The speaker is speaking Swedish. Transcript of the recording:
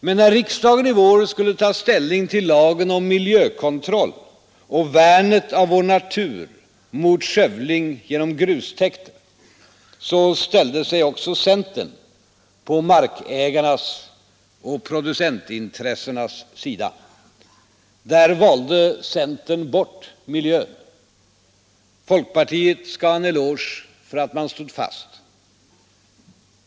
Men när riksdagen i vår skulle ta ställning till lagen om miljökontroll och värnet av vår natur mot skövling genom grustäkter så ställde sig också centern på markägarnas och producent intressenas sida. Där valde centern bort miljön. Folkpartiet ska ha en eloge för att man stod fast.